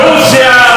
תודה, חבר הכנסת חזן.